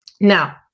Now